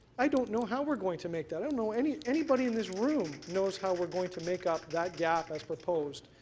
i don't know how we're going to make that i don't know how anybody in this room knows how we're going to make up that gap as proposed.